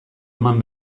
eman